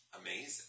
amazing